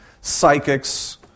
psychics